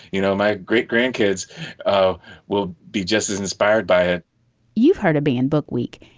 you know, my great grandkids will be just as inspired by it you've heard to be in book week.